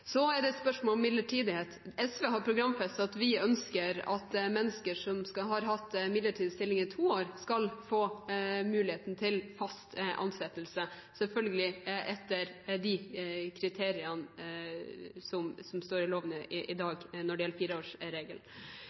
Så er det spørsmål om midlertidighet. Vi i SV har programfestet at vi ønsker at mennesker som har hatt midlertidig stilling i to år, skal få mulighet til fast ansettelse, selvfølgelig etter de kriteriene som står i loven i dag når det gjelder